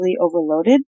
overloaded